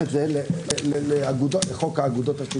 זה לחוק האגודות.